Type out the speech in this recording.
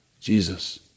Jesus